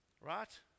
right